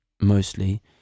mostly